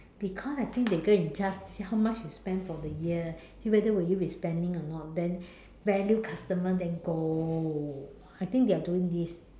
because I think they go and check how much you spend for the year see whether will you be spending or not then value customer then go I think they are doing this